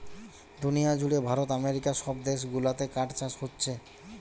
দুনিয়া জুড়ে ভারত আমেরিকা সব দেশ গুলাতে কাঠ চাষ হোচ্ছে